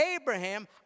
Abraham